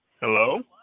Hello